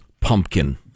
pumpkin